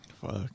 fuck